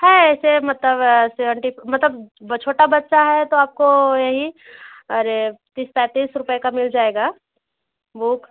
है ऐसे मतलब जैसे मतलब ब छोटा बच्चा है तो आपको यह ही अरे इसका तीस रुपये का मिल जाएगा बुक